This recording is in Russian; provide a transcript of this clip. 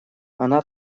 она